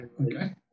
Okay